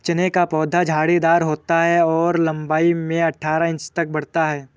चने का पौधा झाड़ीदार होता है और लंबाई में अठारह इंच तक बढ़ता है